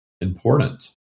important